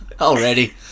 Already